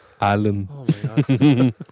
Alan